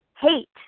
hate